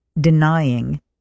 denying